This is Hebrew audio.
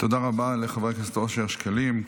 תודה רבה לחבר הכנסת אושר שקלים.